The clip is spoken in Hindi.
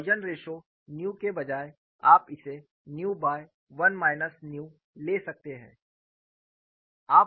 पॉइसन रेश्यो न्यू के बजाय आप इसे न्यू बाय 1 माइनस न्यू ले सकते हैं